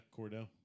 Cordell